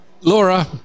Laura